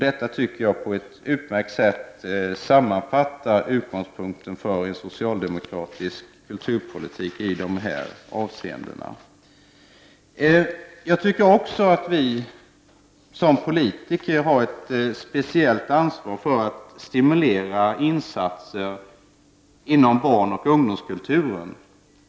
Detta tycker jag på ett utmärkt sätt sammanfattar utgångspunkten för en socialdemokratisk kulturpolitik i detta avseende. Jag tycker också att vi som politiker har ett speciellt ansvar för att stimu lera insatser inom barnoch ungdomskulturen.